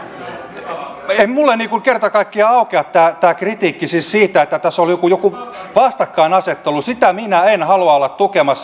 ei minulle kerta kaikkiaan aukea tämä kritiikki siis siitä että tässä on jokin vastakkainasettelu sitä minä en halua olla tukemassa